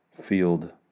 field